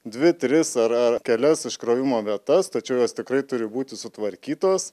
dvi tris ar ar kelias iškrovimo vietas tačiau jos tikrai turi būti sutvarkytos